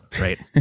Right